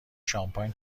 شامپاین